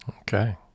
Okay